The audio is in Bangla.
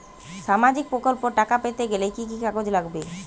সামাজিক প্রকল্পর টাকা পেতে গেলে কি কি কাগজ লাগবে?